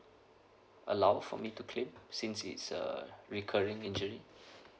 allow for me to claim since it's a recurring injury